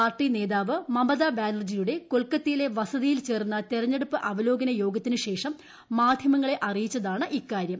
party നേതാവ് മമതാ ബാനർജിയുടെ കൊൽക്കത്തയിലെ വസതിയിൽ ചേർന്ന തെരഞ്ഞെടുപ്പ് അവലോകന യോഗത്തിന് ശേഷം മാധ്യമങ്ങളെ അറിയിച്ചതാണ് ഇക്കാര്യം